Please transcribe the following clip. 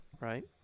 right